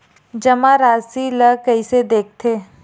जमा राशि ला कइसे देखथे?